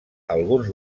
alguns